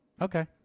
Okay